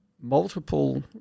multiple